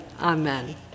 Amen